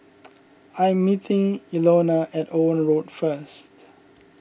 I am meeting Ilona at Owen Road first